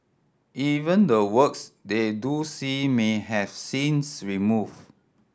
even the works they do see may have scenes removed